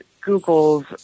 Google's